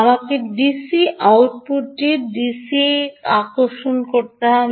আমাকে ডিসি আউটপুটটির দিকে আপনার দৃষ্টি আকর্ষণ করতে জানি